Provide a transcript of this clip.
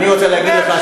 אני רוצה להגיד לך,